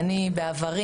בעברי,